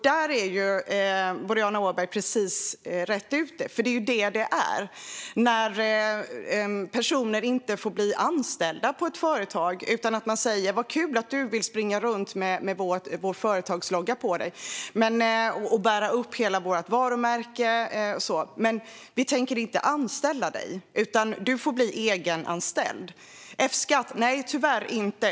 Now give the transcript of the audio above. Där är Boriana Åberg precis rätt ute, för det är just vad det är när personer inte får bli anställda på ett företag. Man säger i stället: Vad kul att du vill springa runt med vår företagslogga på dig och bära upp hela vårt varumärke! Men vi tänker inte anställa dig, utan du får bli egenanställd. Fskatt? Nej, tyvärr inte.